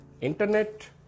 internet